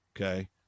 okay